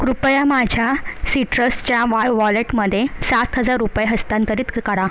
कृपया माझ्या सिट्रसच्या वाय वॉलेटमध्ये सात हजार रुपये हस्तांतरित क करा